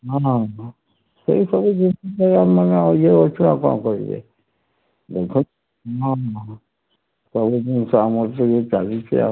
ହଁ ହଁ ସେଇ ସବୁ ଜିନିଷ ଆମେମାନେ ଇଏ ଅଛୁ ଆଉ କ'ଣ କହିବି ଦେଖନ୍ତୁ ହଁ ହଁ ସବୁ ଜିନିଷ ଆମର ସେମିିତି ଚାଲିଛି ଆଉ